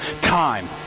time